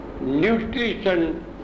nutrition